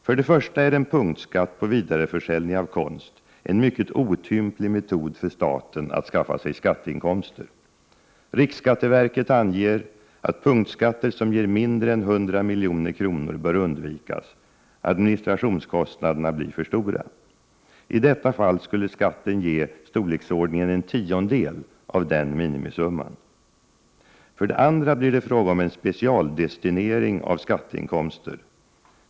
För det första är en punktskatt på vidareförsäljning av konst en mycket otymplig metod för staten att skaffa sig skatteinkomster. Riksskatteverket anger att punktskatter som ger mindre än 100 milj.kr. bör undvikas — administrationskostnaderna blir för stora. I detta fall skulle skatten ge storleksordningen en tiondel av den minimisumman. För det andra skulle det bli fråga om specialdestinering av skatteinkomster.